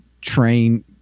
train